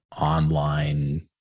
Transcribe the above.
online